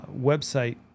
website